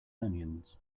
onions